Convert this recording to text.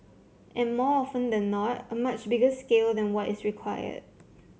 and more often than not a much bigger scale than what is required